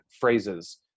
phrases